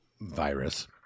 virus